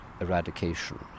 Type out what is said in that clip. eradication